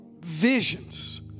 visions